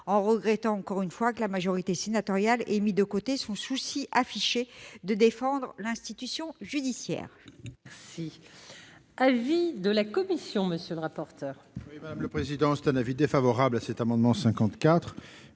regrettons encore une fois que la majorité sénatoriale ait mis de côté son souci affiché de défendre l'institution judiciaire.